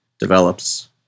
develops